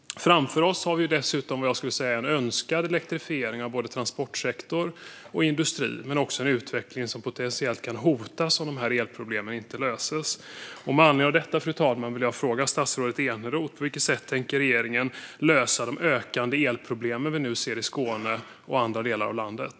Framför oss har vi dessutom vad jag skulle säga är en önskad elektrifiering av både transportsektor och industri, men det är en utveckling som potentiellt kan hotas om elproblemen inte blir lösta. Med anledning av detta, fru talman, vill jag fråga statsrådet Eneroth: På vilket sätt tänker regeringen lösa de ökande elproblem vi nu ser i Skåne och andra delar av landet?